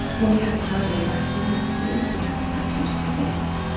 when we have cardiovascular disease, we have fatty deposits.